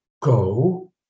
go